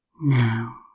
now